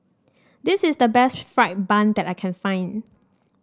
this is the best fried bun that I can find